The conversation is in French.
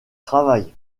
travaille